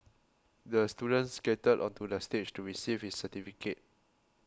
the student skated onto the stage to receive his certificate